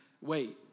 wait